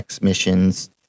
missions